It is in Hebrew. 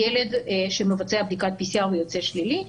ילד שמבצע בדיקת PCR ויוצא שלילי,